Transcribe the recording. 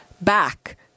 back